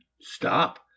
Stop